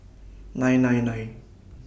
nine nine nine